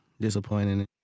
disappointing